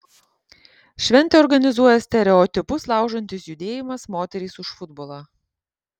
šventę organizuoja stereotipus laužantis judėjimas moterys už futbolą